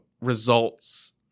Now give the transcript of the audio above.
results